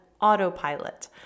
autopilot